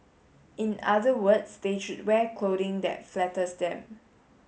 in other words they should wear clothing that flatters them